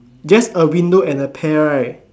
just a window and a pear right